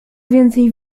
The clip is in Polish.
więcej